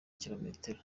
kilometero